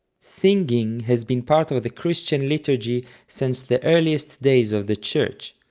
singing has been part of of the christian liturgy since the earliest days of the church,